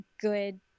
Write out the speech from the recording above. good